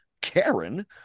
Karen